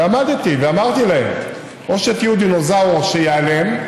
ועמדתי ואמרתי להם: או שתהיו דינוזאור שייעלם,